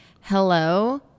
hello